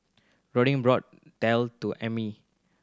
Rodrigo brought daal for Emmie